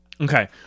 Okay